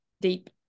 deep